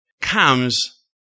comes